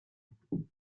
байв